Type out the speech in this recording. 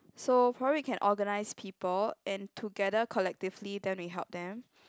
so probably we can organise people and together collectively then we help them